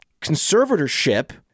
conservatorship